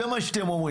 זה מה שאתם אומרים.